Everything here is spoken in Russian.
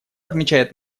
отмечает